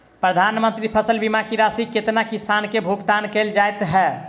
प्रधानमंत्री फसल बीमा की राशि केतना किसान केँ भुगतान केल जाइत है?